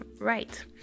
right